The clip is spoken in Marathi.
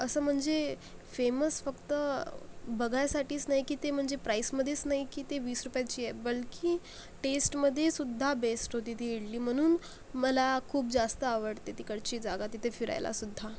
असं म्हणजे फेमस फक्त बघायसाठीच नाही की ते म्हणजे प्राईसमध्येच नाही की ते वीस रुपयाची आहे बल्कि टेस्टमध्ये सुध्दा बेस्ट होती ती इडली म्हणून मला खूप जास्त आवडते तिकडची जागा तिथे फिरायलासुद्धा